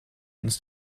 uns